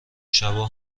شبا